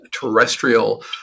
terrestrial